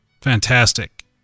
Fantastic